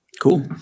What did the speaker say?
Cool